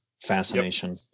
fascination